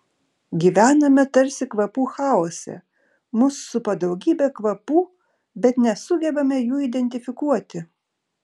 gyvename tarsi kvapų chaose mus supa daugybė kvapų bet nesugebame jų identifikuoti